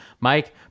Mike